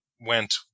went